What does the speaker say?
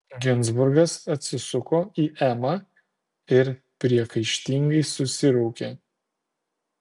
ginzburgas atsisuko į emą ir priekaištingai susiraukė